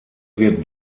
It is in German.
wird